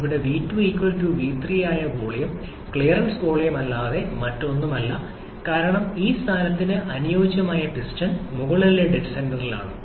ഇവിടെ v2 v3 ആയ ഈ വോളിയം ക്ലിയറൻസ് വോളിയമല്ലാതെ മറ്റൊന്നുമല്ല കാരണം ഈ സ്ഥാനത്തിന് അനുയോജ്യമായ പിസ്റ്റൺ മുകളിലെ ഡെഡ് സെന്ററിലാണ്